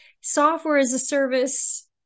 software-as-a-service